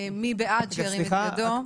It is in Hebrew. מי בעד שירים את ידו.